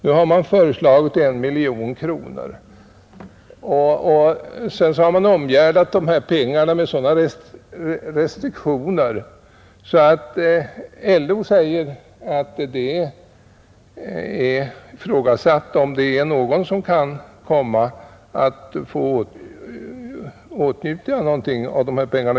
Nu har man föreslagit 1 miljon kronor och omgärdat de här pengarna med sådana restriktioner att LO i sitt remissyttrande ifrågasätter om det är någon som kan komma att få ut ersättning.